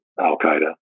Al-Qaeda